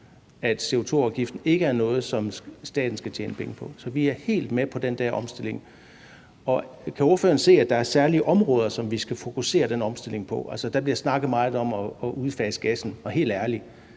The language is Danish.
at CO2-afgiften ikke er noget, som staten skal tjene penge på. Så vi er helt med på den der omstilling. Kan ordføreren se, at der er særlige områder, som vi skal fokusere på i den omstilling? Altså, der bliver snakket meget om at udfase gassen. Og helt ærligt,